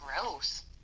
gross